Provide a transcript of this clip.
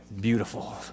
beautiful